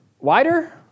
Wider